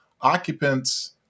occupants